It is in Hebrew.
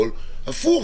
אז זה יהיה הפוך,